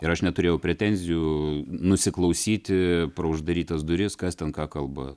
ir aš neturėjau pretenzijų nusiklausyti pro uždarytas duris kas ten ką kalba